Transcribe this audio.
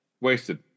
wasted